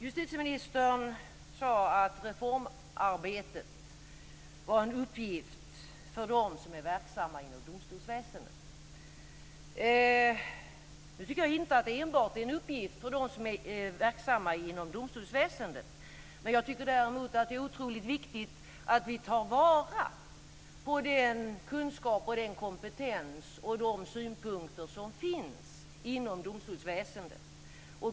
Justitieministern sade att reformarbetet var en uppgift för dem som är verksamma inom domstolsväsendet. Jag tycker inte att det enbart är en uppgift för dem som är verksamma inom domstolsväsendet. Jag tycker däremot att det är otroligt viktigt att vi tar vara på den kunskap, den kompetens och de synpunkter som finns inom domstolsväsendet.